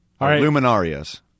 Luminarias